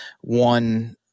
one